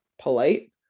polite